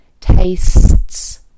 tastes